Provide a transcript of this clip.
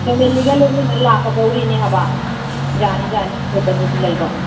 ꯐꯦꯃꯥꯂꯤꯒ ꯂꯣꯏꯅꯅ ꯂꯥꯛꯀꯗꯣꯔꯤꯅꯤ ꯍꯥꯏꯕ ꯌꯥꯅꯤ ꯌꯥꯅꯤ ꯑꯩꯈꯣꯏꯗ ꯑꯗꯨꯝ ꯂꯩꯕ